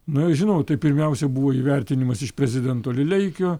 na žinot tai pirmiausia buvo įvertinimas iš prezidento lileikio